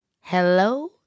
Hello